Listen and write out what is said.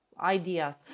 ideas